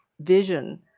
vision